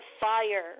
fire